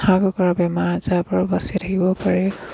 হাঁহ কুকুৰা বেমাৰ আজাৰৰপৰা বাচি থাকিব পাৰে